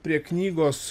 prie knygos